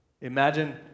Imagine